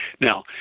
Now